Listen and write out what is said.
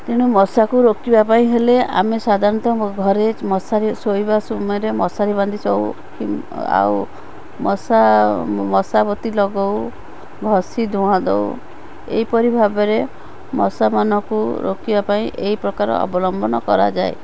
ତେଣୁ ମଶାକୁ ରୋକିବା ପାଇଁ ହେଲେ ଆମେ ସାଧାରଣତଃ ମ ଘରେ ମଶାରୀ ଶୋଇବା ସମୟରେ ମଶାରୀ ବାନ୍ଧି ଶୋଉ କିମ୍ବା ଆଉ ମଶା ମଶାବତୀ ଲଗାଉ ଘଷି ଧୂଆଁ ଦେଉ ଏହିପରି ଭାବରେ ମଶାମାନଙ୍କୁ ରୋକିବା ପାଇଁ ଏହି ପ୍ରକାର ଅବଲମ୍ବନ କରାଯାଏ